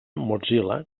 mozilla